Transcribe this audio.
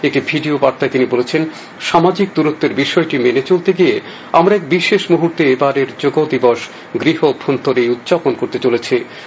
একটি ভিডিও বার্তায় তিনি বলেছেন সামাজিক দূরত্বের বিষয়টি মেনে চলতে গিয়ে আমরা এক বিশেষ মুহুর্তে এবারের যোগ দিবস গৃহ অভ্যন্তরেই উদযাপন করতে চলেছি